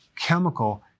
chemical